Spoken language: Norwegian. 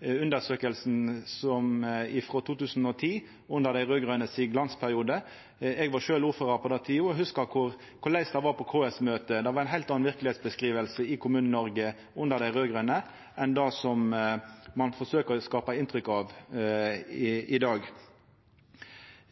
2010 under dei raud-grøne sin glansperiode. Eg var sjølv ordførar på den tida og hugsar korleis det var på KS-møte; det var ei heilt anna verkelegheitsbeskriving i Kommune-Noreg under dei raud-grøne enn det som ein forsøkjer å skapa inntrykk av i dag.